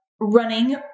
running